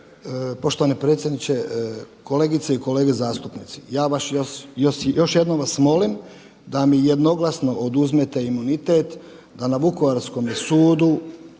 Poštovani predsjedniče, kolegice i kolege zastupnici. Još jednom vas molim da mi jednoglasno oduzmete imunitet da na vukovarskome sudu